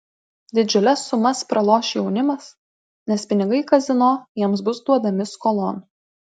didžiules sumas praloš jaunimas nes pinigai kazino jiems bus duodami skolon